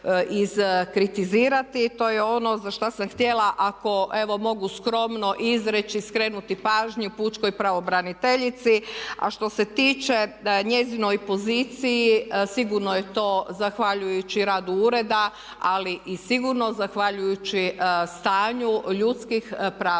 to je ono za što sam hitjela ako evo mogu skromno izreći, skrenuti pažnju pučkoj pravobraniteljici a što se tiče njezinoj poziciji sigurno je to zahvaljujući radu ureda ali i sigurno zahvaljujući stanju ljudskih prava u RH i